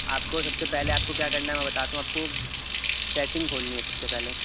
آپ کو سب سے پہلے آپ کو کیا کرنا ہے میں بتاتا ہوں آپ کو سیٹنگ کھولنی ہے سب سے پہلے